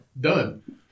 done